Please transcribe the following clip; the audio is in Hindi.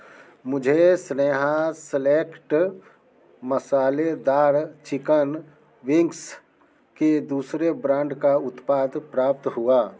मुझे स्नेहा सेलेक्ट मसालेदार चिकन विंग्स के दूसरे ब्रांड का उत्पाद प्राप्त हुआ